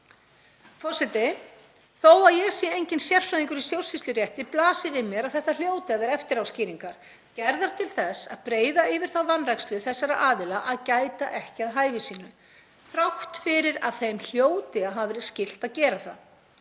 Þó að ég sé enginn sérfræðingur í stjórnsýslurétti blasir við mér að þetta hljóti að vera eftiráskýringar gerðar til þess að breiða yfir þá vanrækslu þessara aðila að gæta ekki að hæfi sínu, þrátt fyrir að þeim hljóti að hafa verið skylt að gera það.